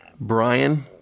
Brian